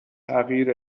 تغییر